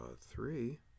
three